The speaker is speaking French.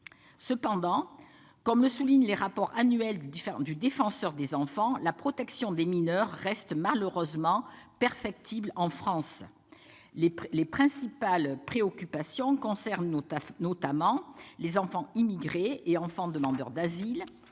Cependant, comme le soulignent les rapports annuels du Défenseur des enfants, la protection des mineurs reste malheureusement perfectible en France. Les principales préoccupations concernent notamment les enfants immigrés et enfants de demandeurs d'asile,